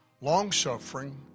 longsuffering